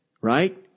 right